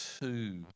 two